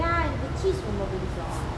ya the cheese ரொம்ப பிடிக்கும்:romba pidikum